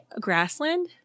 grassland